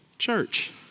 Church